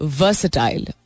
versatile